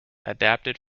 adapted